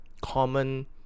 common